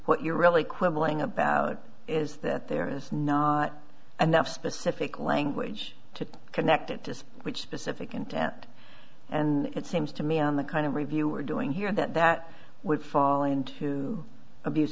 what you're really quibbling about is that there is enough specific language to connect it to which specific intent and it seems to me on the kind of review we're doing here that that would fall into abuse